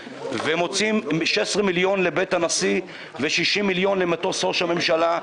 ומוצאים 16 מיליון שקל לבית הנשיא ו-60 מיליון שקל למטוס ראש הממשלה,